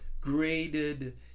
graded